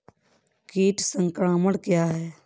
कीट संक्रमण क्या है?